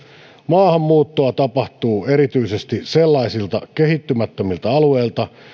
maahanmuuttoa tapahtuu erityisesti sellaisilta kehittymättömiltä alueilta